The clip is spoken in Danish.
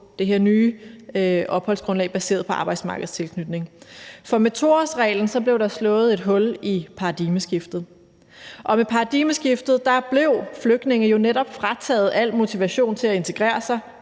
her nye opholdsgrundlag baseret på arbejdsmarkedstilknytning. For med 2-årsreglen blev der slået et hul i paradigmeskiftet. Og med paradigmeskiftet blev flygtninge jo netop frataget al motivation til at integrere sig